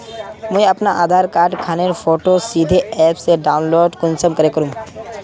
मुई अपना आधार कार्ड खानेर फोटो सीधे ऐप से डाउनलोड कुंसम करे करूम?